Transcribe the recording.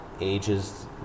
ages